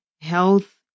health